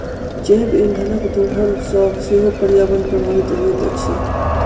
जैव इंधनक दोहन सॅ सेहो पर्यावरण प्रभावित होइत अछि